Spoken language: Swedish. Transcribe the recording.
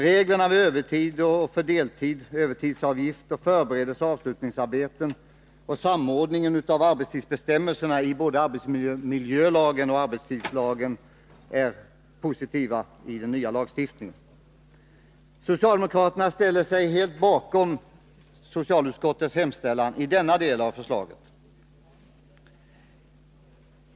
Reglerna vid övertid och för deltid, övertidsavgift och förberedelseoch avslutningsarbeten och samordningen av arbetstidsbestämmelserna i både arbetsmiljölagen och arbetstidslagen är positiva inslag i den nya lagstiftningen. Socialdemokraterna ställer sig helt bakom socialutskottets hemställan i denna del av förslaget.